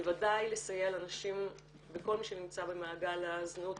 בוודאי לסייע לנשים ולכל מי שנמצא במעגל הזנות,